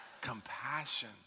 Compassion